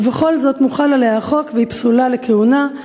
ובכל זאת מוחל עליה החוק והיא פסולה לכהונה,